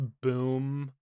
boom